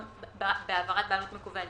בהעברת בעלות מקוונת,